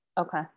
okay